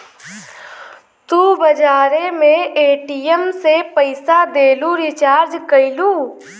तू बजारे मे ए.टी.एम से पइसा देलू, रीचार्ज कइलू